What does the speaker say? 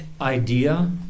idea